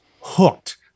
hooked